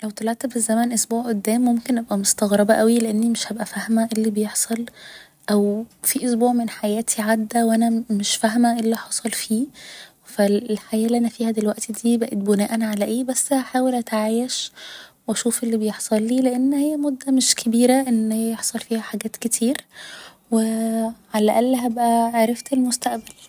لو طلعت بالزمن اسبوع قدام ممكن أبقى مستغربة اوي لأني مش هبقى فاهمة ايه اللي بيحصل او في اسبوع من حياتي عدى وانا مش فاهمة ايه اللي حصل فيه ف الحياة اللي أنا فيها دلوقتي دي بقت بناءا على ايه بس هحاول أتعايش و اشوف اللي بيحصلي لان هي مدة مش كبيرة ان يحصل فيها حاجات كتير ووو على الأقل هبقى عرفت المستقبل